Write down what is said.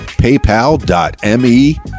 PayPal.me